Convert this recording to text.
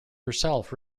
herself